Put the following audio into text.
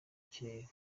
kirere